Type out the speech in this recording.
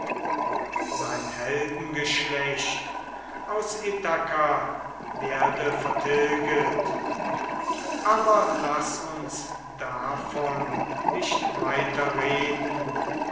und sein heldengeschlecht aus ithaka werde vertilget aber laß uns davon nicht